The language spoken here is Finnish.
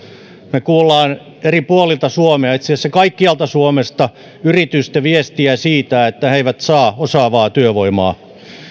me kuulemme eri puolilta suomea itse asiassa kaikkialta suomesta yritysten viestiä siitä että he eivät saa osaavaa työvoimaa